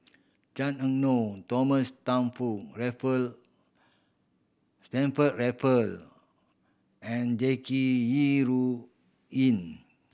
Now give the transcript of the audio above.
Chan Ah Kow Thomas Stamford Raffle Stamford Raffle and Jackie Yi Ru Ying